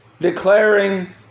declaring